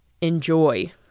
enjoy